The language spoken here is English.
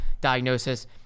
diagnosis